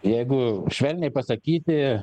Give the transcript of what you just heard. jeigu švelniai pasakyti